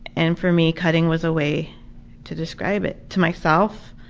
and for me cutting was a way to describe it to myself.